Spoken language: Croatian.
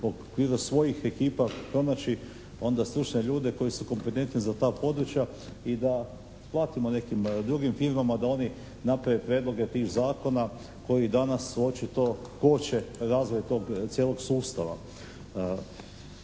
svojih ekipa pronaći onda stručne ljude koji su kompetentni za ta područja i da platimo nekim drugim firmama da oni naprave prijedloge tih zakona koji danas su očito, koče razvoj tog cijelog sustava.